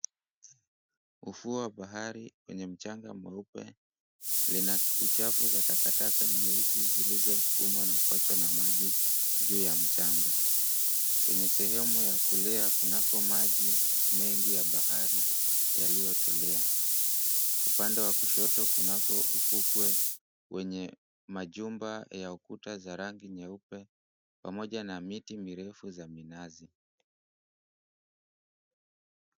Ufuo wa bahari wenye mchanga mweupe lina uchafu za takataka nyeusi zilizosukumwa na kuachwa na maji juu ya mchanga. Kwenye sehemu ya kulia kunako maji mengi ya bahari yaliyotulia. Upande wa kushoto kunako ufukwe wenye majumba ya ukuta za rangi nyeupe pamoja na miti mirefu za minazi.